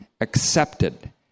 accepted